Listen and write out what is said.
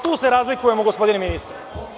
Tu se razlikujemo, gospodine ministre.